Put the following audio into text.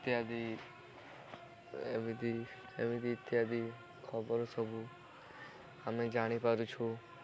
ଇତ୍ୟାଦି ଏମିତି ଏମିତି ଇତ୍ୟାଦି ଖବର ସବୁ ଆମେ ଜାଣିପାରୁଛୁ